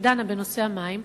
שדנה בנושא המים,